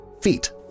feet